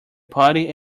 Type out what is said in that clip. party